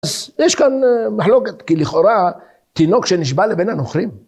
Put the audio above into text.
‫אז יש כאן מחלוקת כי לכאורה ‫תינוק שנשבע לבין הנוכרים.